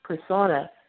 persona